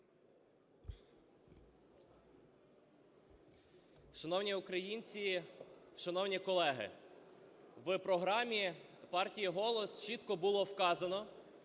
Шановні українці, шановні колеги! В програмі партії "Голос" чітко було вказано,